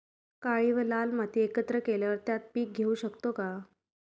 काळी व लाल माती एकत्र केल्यावर त्यात पीक घेऊ शकतो का?